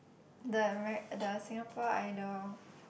the Amer~ the Singapore Idol